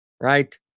right